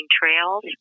trails